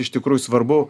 iš tikrųjų svarbu